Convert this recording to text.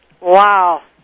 Wow